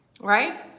right